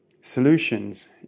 solutions